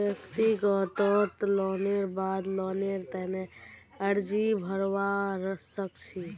व्यक्तिगत लोनेर बाद लोनेर तने अर्जी भरवा सख छि